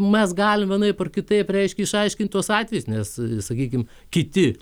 mes galime vienaip ar kitaip reiškia išaiškinti tuos atvejus nes sakykim kiti